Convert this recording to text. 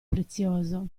prezioso